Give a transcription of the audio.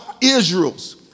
Israel's